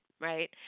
right